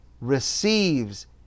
receives